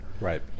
Right